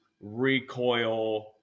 recoil